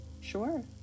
Sure